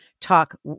Talk